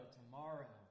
tomorrow